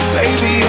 baby